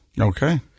Okay